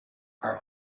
are